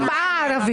ארבעה ערבים.